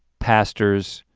pastors,